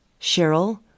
Cheryl